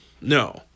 no